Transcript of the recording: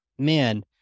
man